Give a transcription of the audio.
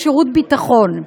ביטחון.